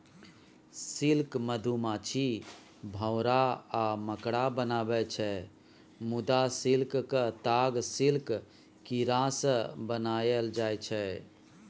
silk मधुमाछी, भौरा आ मकड़ा बनाबै छै मुदा सिल्कक ताग सिल्क कीरासँ बनाएल जाइ छै